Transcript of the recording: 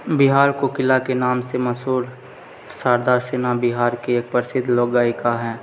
बिहार कोकिलाके नामसे मशहूर शारदा सिन्हा बिहारके एक प्रसिद्ध लोकगायिका हैं